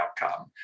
outcome